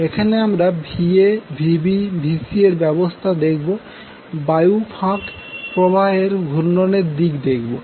এখানে আমরা Va Vb Vcএর ব্যবস্থা দেখবো বায়ু ফাঁক প্রবাহের ঘূর্ণনের দিকে দেখবো